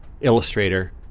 Illustrator